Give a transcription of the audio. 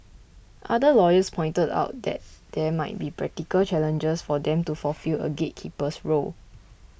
other lawyers pointed out that there might be practical challenges for them to fulfil a gatekeeper's role